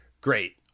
great